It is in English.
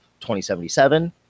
2077